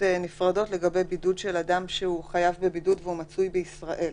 נפרדות לגבי בידוד של אדם שהוא חייב בבידוד והוא מצוי בישראל.